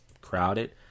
crowded